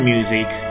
Music